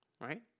right